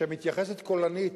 שמתייחסת כוללנית,